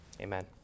Amen